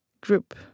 group